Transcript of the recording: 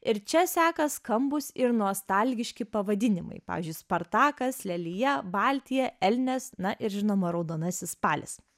ir čia seka skambūs ir nostalgiški pavadinimai pavyzdžiui spartakas lelija baltija elnias na ir žinoma raudonasis spalis